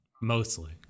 Mostly